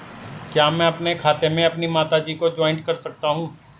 क्या मैं अपने खाते में अपनी माता जी को जॉइंट कर सकता हूँ?